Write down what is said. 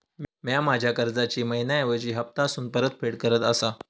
म्या माझ्या कर्जाची मैहिना ऐवजी हप्तासून परतफेड करत आसा